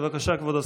בבקשה, כבוד השר.